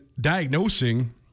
diagnosing